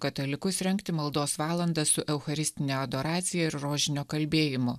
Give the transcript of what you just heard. katalikus rengti maldos valandą su eucharistine adoracija ir rožinio kalbėjimu